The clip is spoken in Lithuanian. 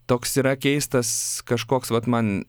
toks yra keistas kažkoks vat man